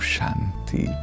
Shanti